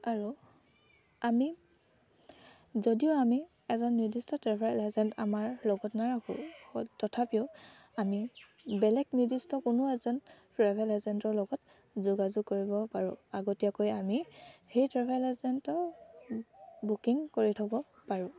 আৰু আমি যদিও আমি এজন নিৰ্দিষ্ট ট্ৰেভেল এজেণ্ট আমাৰ লগত নাৰাখোঁ তথাপিও আমি বেলেগ নিৰ্দিষ্ট কোনো এজন ট্ৰেভেল এজেণ্টৰ লগত যোগাযোগ কৰিব পাৰোঁ আগতীয়াকৈ আমি সেই ট্ৰেভেল এজেণ্টৰ বুকিং কৰি থ'ব পাৰোঁ